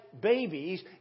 babies